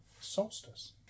solstice